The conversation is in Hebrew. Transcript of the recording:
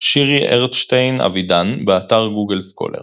שירי ארטשטיין-אבידן, באתר גוגל סקולר